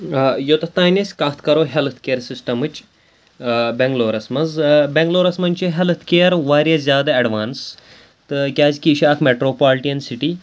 یوٚتَتھ تام أسۍ کَتھ کَرو ہٮ۪لٕتھ کِیَر سِسٹَمٕچ بٮ۪نٛگلورَس منٛز بٮ۪نٛگلورَس منٛز چھِ ہٮ۪لٕتھ کِیَر واریاہ زیادٕ اٮ۪ڈوانٕس تہٕ کیٛازِکہِ یہِ چھِ اَکھ مٮ۪ٹرٛوپالٹِیَن سِٹی